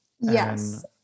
Yes